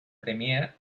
premier